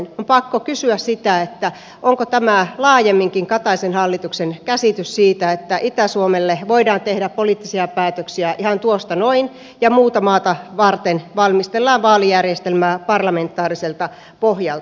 on pakko kysyä onko tämä laajemminkin kataisen hallituksen käsitys siitä että itä suomelle voidaan tehdä poliittisia päätöksiä ihan tuosta noin ja muuta maata varten valmistellaan vaalijärjestelmää parlamentaariselta pohjalta